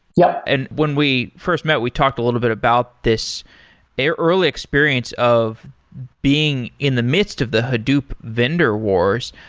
yup. and when we first met, we talked a little bit about this early experience of being in the midst of the hadoop vendor wars.